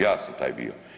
Ja sam taj bio.